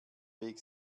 weg